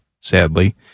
sadly